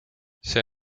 see